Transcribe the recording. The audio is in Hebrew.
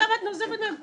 עכשיו את נוזפת בהם?